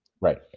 Right